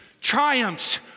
triumphs